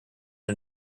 get